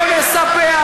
ופעם שנייה, אנחנו נספח.